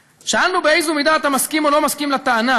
שאלנו: "באיזו מידה אתה מסכים או לא מסכים לטענה